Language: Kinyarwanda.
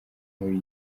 muri